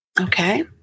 Okay